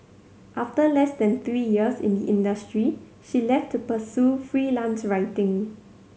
after less than three years in the industry she left to pursue freelance writing